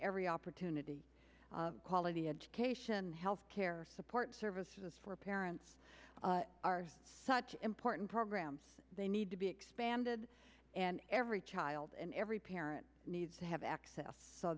every opportunity quality education health care support services for parents are such important programs they need to be expanded and every child and every parent needs to have access so